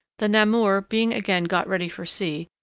the namur being again got ready for sea,